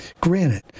granted